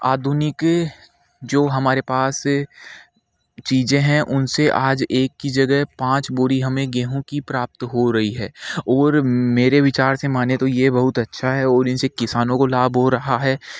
आधुनिक जो हमारे पास चीजें हैं उनसे आज एक की जगह पाँच बोरी हमें गेहू की प्राप्त हो रही है और मेरे विचार से मानें तो यह बहुत अच्छा है और इससे किसानों को लाभ हो रहा है